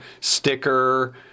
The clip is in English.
sticker